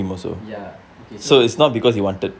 ya okay so